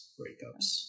breakups